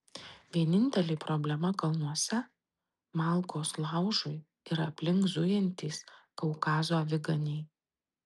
vienintelė problema kalnuose malkos laužui ir aplink zujantys kaukazo aviganiai